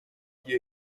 این